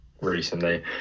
recently